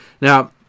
Now